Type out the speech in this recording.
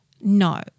no